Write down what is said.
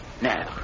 Now